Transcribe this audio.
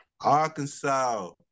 Arkansas